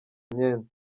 imyenda